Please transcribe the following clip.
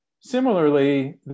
Similarly